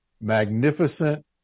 magnificent